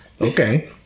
Okay